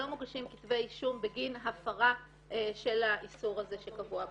לא מוגשים כתבי אישום בגין הפרה של האיסור הזה שקבוע בחוק.